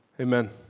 Amen